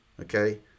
Okay